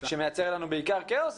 שמייצר לנו בעיקר כאוס.